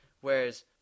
Whereas